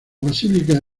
basílica